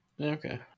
okay